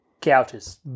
couches